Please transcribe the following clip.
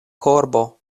korbo